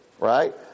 right